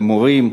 מורים,